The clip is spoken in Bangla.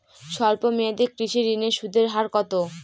স্বল্প মেয়াদী কৃষি ঋণের সুদের হার কত?